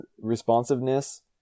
responsiveness